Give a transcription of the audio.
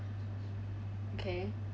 okay